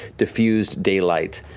diffused daylight.